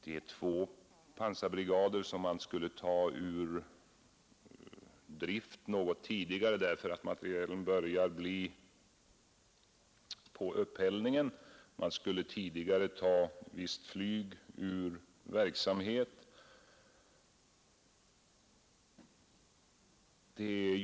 Det har ju sagts att två pansarbrigader skulle tas ur drift något tidigare därför att materielen börjar bli på upphällningen, och man skulle ta visst flyg ur verksamhet tidigare.